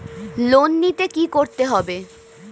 Loan নিতে কী করতে হবে?